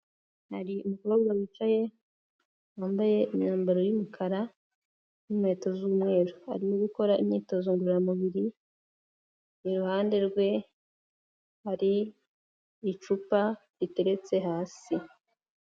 Hari umukobwa wicaye wambaye imyambaro y'umukara n'inkweto z'umweru, arimo gukora imyitozo ngororamubiri, iruhande rwe hari icupa riteretse hasi.